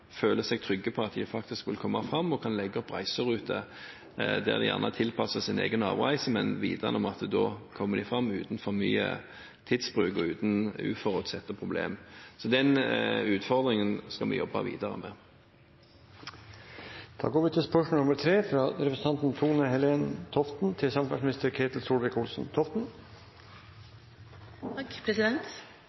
føler seg trygge på at de faktisk vil komme fram, at de kan legge opp reiseruter der de gjerne tilpasser sin egen avreise, vitende om at de vil komme fram uten for mye tidsbruk og uten for mange uforutsette problemer. Den utfordringen skal vi jobbe videre med. Som er godt kjent nå: «Regjeringen innfører fra